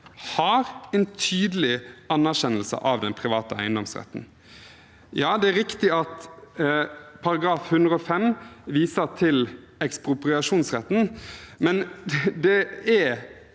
har en tydelig anerkjennelse av den private eiendomsretten. Ja, det er riktig at § 105 viser til ekspropriasjonsretten, men det er